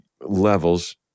levels